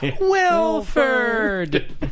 Wilford